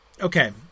okay